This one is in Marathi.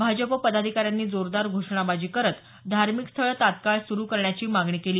भाजपा पदाधिकाऱ्यांनी जोरदार घोषणाबाजी करत धार्मिक स्थळं तत्काळ सुरू करण्याची मागणी केली